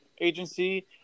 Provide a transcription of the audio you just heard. agency